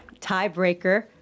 tiebreaker